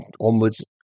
onwards